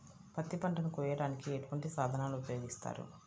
పత్తి పంటను కోయటానికి ఎటువంటి సాధనలు ఉపయోగిస్తారు?